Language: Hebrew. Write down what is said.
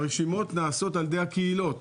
הרשימות נעשות על ידי הקהילות